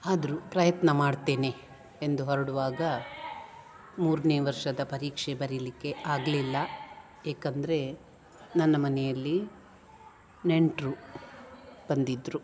ಆದರು ಪ್ರಯತ್ನ ಮಾಡ್ತೇನೆ ಎಂದು ಹೊರಡುವಾಗ ಮೂರನೇ ವರ್ಷದ ಪರೀಕ್ಷೆ ಬರಿಲಿಕ್ಕೆ ಆಗಲಿಲ್ಲ ಏಕೆಂದರೆ ನನ್ನ ಮನೆಯಲ್ಲಿ ನೆಂಟರು ಬಂದಿದ್ದರು